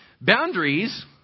Boundaries